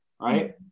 right